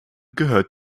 gehört